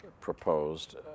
proposed